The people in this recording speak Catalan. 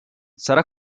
serà